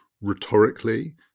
rhetorically